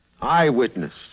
Eyewitness